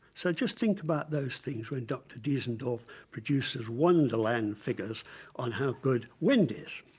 so just think about those things when dr. diesendorf produces wonderland figures on how good wind is.